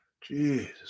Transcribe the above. Jesus